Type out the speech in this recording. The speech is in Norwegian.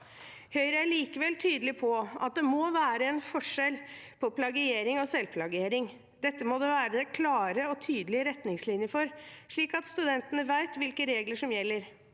Høyre er likevel tydelig på at det må være en forskjell på plagiering og selvplagiering. Dette må det være klare og tydelige retningslinjer for, slik at studentene vet hvilke regler som gjelder.